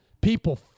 People